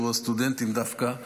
שהוא הסטודנטים דווקא,